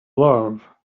love